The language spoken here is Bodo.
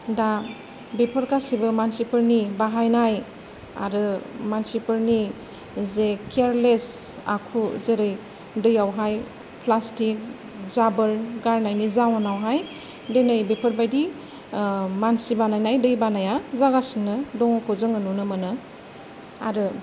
दा बेफोर गासैबो मानसिफोरनि बाहायनाय आरो मानसिफोरनि जे केयारलेस आखु जेरै दैयावहाय प्लास्तिक जाबोर गारनायनि जाउनावहाय दिनै बेफोरबायदि मानसि बानायनाय दैबानाया जागासिनो दङखौ जोङो नुनो मोनो आरो